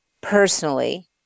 personally